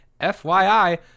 FYI